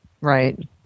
Right